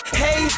hey